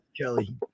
Kelly